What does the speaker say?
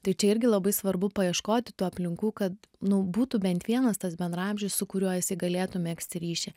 tai čia irgi labai svarbu paieškoti tų aplinkų kad nu būtų bent vienas tas bendraamžis su kuriuo jisai galėtų megzti ryšį